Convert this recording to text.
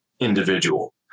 individual